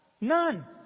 None